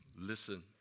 listen